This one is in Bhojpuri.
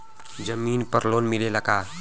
जमीन पर लोन मिलेला का?